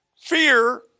fear